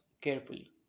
carefully